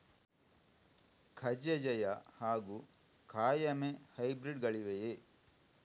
ಕಜೆ ಜಯ ಹಾಗೂ ಕಾಯಮೆ ಹೈಬ್ರಿಡ್ ಗಳಿವೆಯೇ?